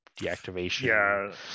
deactivation